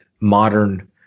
modern